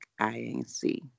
Inc